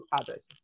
others